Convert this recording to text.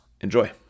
Enjoy